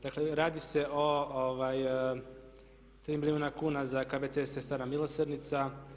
Dakle, radi se o tri milijuna kuna za KBC Sestara milosrdnica.